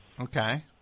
Okay